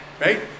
right